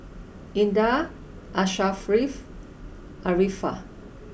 Indah Asharaff and Arifa